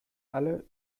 alle